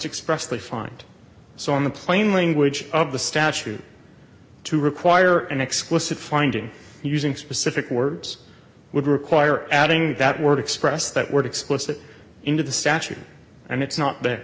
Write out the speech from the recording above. express they find so in the plain language of the statute to require an explicit finding using specific words would require adding that word express that word explicit into the statute and it's not the